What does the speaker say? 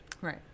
Right